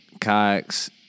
kayaks